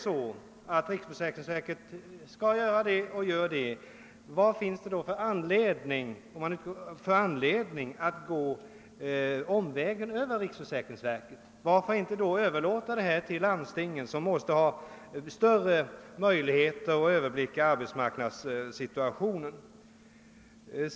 Vad finns det i så fall för anledning att gå omvägen över riksförsäkringsverket? Varför inte överlåta valet av ledamöter till landstingen som måste ha större möjligheter att överblicka arbetsmarknadssituationen?